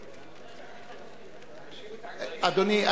אדוני,